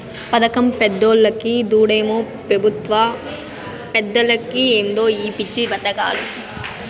పదకం పేదోల్లకి, దుడ్డేమో పెబుత్వ పెద్దలకి ఏందో ఈ పిచ్చి పదకాలు